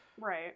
Right